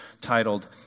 titled